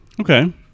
Okay